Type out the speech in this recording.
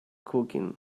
cooking